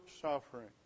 suffering